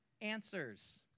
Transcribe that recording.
answers